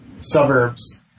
suburbs